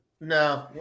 No